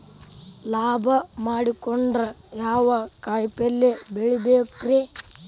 ಲಾಭ ಮಾಡಕೊಂಡ್ರ ಯಾವ ಕಾಯಿಪಲ್ಯ ಬೆಳಿಬೇಕ್ರೇ?